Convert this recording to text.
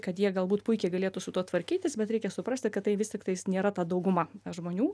kad jie galbūt puikiai galėtų su tuo tvarkytis bet reikia suprasti kad tai vis tiktais nėra ta dauguma žmonių